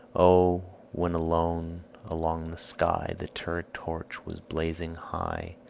o, when alone along the sky the turret-torch was blazing high,